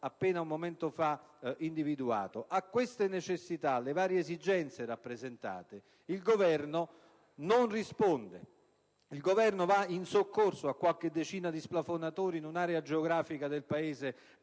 che abbiamo testé individuato. A queste necessità, alle varie esigenze rappresentate, il Governo non risponde. Il Governo va in soccorso a qualche decina di splafonatori in un'area geografica del Paese